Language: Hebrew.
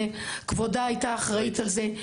כבודה היתה אחראית על זה.